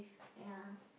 ya